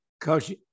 Coach